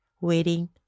waiting